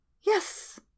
Yes